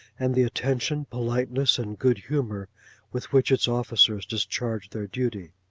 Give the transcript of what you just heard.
and the attention, politeness and good humour with which its officers discharged their duty.